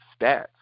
stats